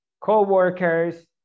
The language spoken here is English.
co-workers